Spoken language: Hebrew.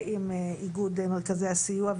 ועם איגוד מרכזי הסיוע,